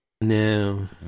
No